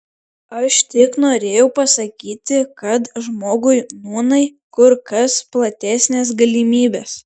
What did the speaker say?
aš tik norėjau pasakyti kad žmogui nūnai kur kas platesnės galimybės